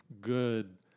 good